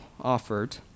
offered